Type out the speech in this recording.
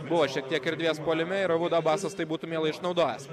buvo šiek tiek erdvės puolime ir abudu abasas tai būtų mielai išnaudojęs